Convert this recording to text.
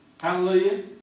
Hallelujah